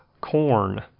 corn